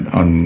on